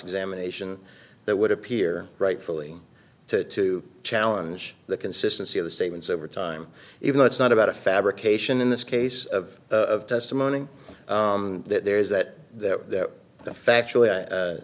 examination that would appear rightfully to to challenge the consistency of the statements over time even though it's not about a fabrication in this case of testimony that there is that the